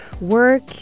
Work